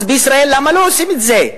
אז בישראל, למה לא עושים את זה?